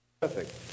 Perfect